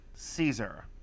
Caesar